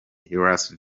las